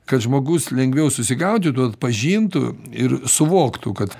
kad žmogus lengviau susigaudytų atpažintų ir suvoktų kad